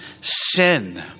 sin